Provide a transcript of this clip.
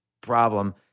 problem